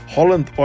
Holland